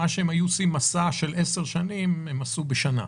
את המסע שהם היו עושים ב-10 שנים הם עשו בשנה.